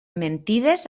mentides